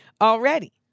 already